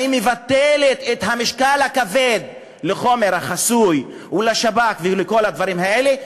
אני מבטלת את המשקל הכבד של החומר החסוי של השב"כ וכל הדברים האלה,